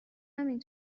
همین